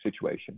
situation